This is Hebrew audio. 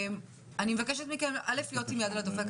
אני מבקשת מכם להיות עם יד על הדופק.